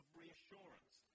reassurance